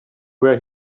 where